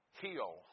Heal